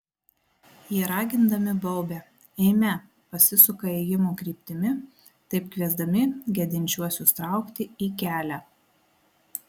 jie ragindami baubia eime pasisuka ėjimo kryptimi taip kviesdami gedinčiuosius traukti į kelią